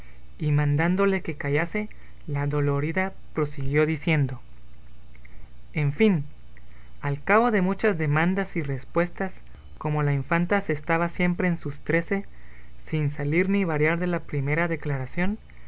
y mandándole que callase la dolorida prosiguió diciendo en fin al cabo de muchas demandas y respuestas como la infanta se estaba siempre en sus trece sin salir ni variar de la primera declaración